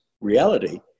reality